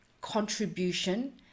contribution